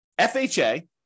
FHA